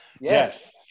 yes